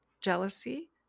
jealousy